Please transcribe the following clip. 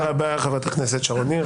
תודה רבה, חברת הכנסת שרון ניר.